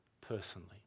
personally